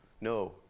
No